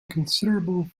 considerable